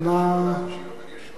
אבל יש עוד כמה דברים שהוא,